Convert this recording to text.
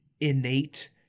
innate